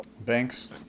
Banks